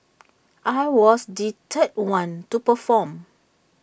I was the third one to perform